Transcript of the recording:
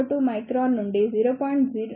02 micron నుండి 0